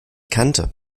kannte